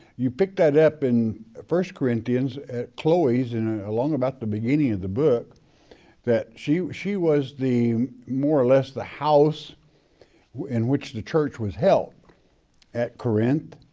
you picked that up in first corinthians at chloe's and along about the beginning of the book that she she was the more or less the house in which the church was held at corinth